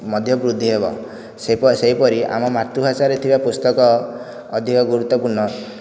ମଧ୍ୟ ବୃଦ୍ଧି ହେବ ସେହିପରି ଆମ ମାତୃଭାଷାରେ ଥିବା ପୁସ୍ତକ ଅଧିକ ଗୁରୁତ୍ୱପୂର୍ଣ